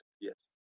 Yes